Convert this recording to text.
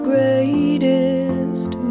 Greatest